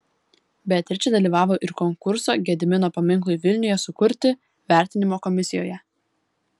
beatričė dalyvavo ir konkurso gedimino paminklui vilniuje sukurti vertinimo komisijoje